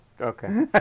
Okay